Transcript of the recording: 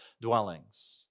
dwellings